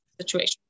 situation